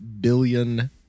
billion